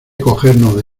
cogernos